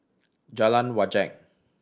Jalan Wajek